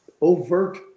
overt